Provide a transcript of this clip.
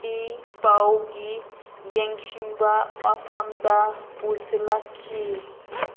E ꯄꯥꯎꯒꯤ ꯌꯦꯡꯁꯤꯟꯕ ꯃꯐꯝꯗ ꯄꯨꯁꯤꯜꯂꯛꯈꯤ